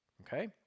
okay